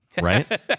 right